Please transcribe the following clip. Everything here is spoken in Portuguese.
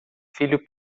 filho